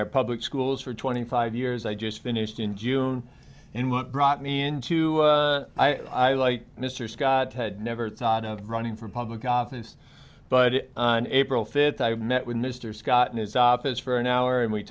into public schools for twenty five years i just finished in june in what brought me into i like mr scott had never thought of running for public office but on april fifth i met with mr scott in his office for an hour and we